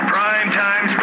Primetime